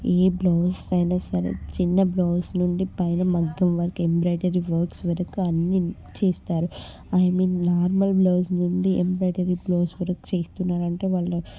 ఏ blouse అయినా సరే చిన్న బ్లౌజ్ నుండి పైన మగ్గం వర్క్ ఎంబ్రాయిడరీ వర్క్స్ వరకు అన్నీ చేస్తారు ఐ మీన్ నార్మల్ బ్లౌస్ నుండి ఎంబ్రాయిడరీ బ్లౌజ్ వరకు చేస్తున్నారు అంటే వాళ్ళ